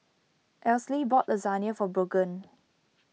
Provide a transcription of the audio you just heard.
Esley bought Lasagne for Brogan